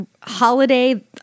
holiday